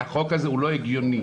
החוק הזה לא הגיוני.